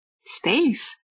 space